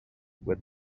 were